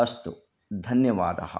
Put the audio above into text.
अस्तु धन्यवादः